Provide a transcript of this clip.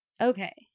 Okay